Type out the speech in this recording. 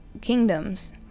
kingdoms